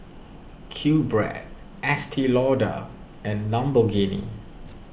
Qbread Estee Lauder and Lamborghini